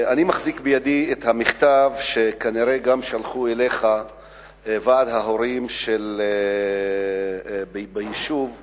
אני מחזיק בידי את המכתב שכנראה שלח גם אליך ועד ההורים ביישוב קלנסואה.